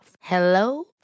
Hello